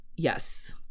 Yes